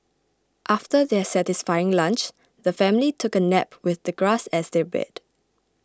after their satisfying lunch the family took a nap with the grass as their bed